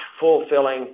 fulfilling